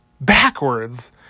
Backwards